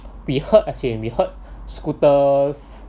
we heard as in we heard scooters